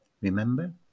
Remember